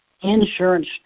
insurance